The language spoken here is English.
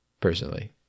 personally